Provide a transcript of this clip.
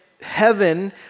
heaven